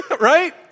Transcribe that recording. right